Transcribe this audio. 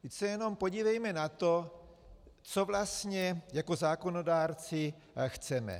Vždyť se jenom podívejme na to, co vlastně jako zákonodárci chceme.